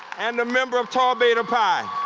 and a member of tau beta pi.